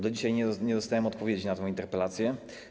Do dzisiaj nie dostałem odpowiedzi na tę interpelację.